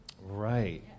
Right